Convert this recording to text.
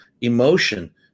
emotion